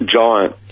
giant